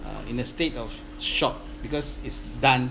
ah in a state of shock because it's done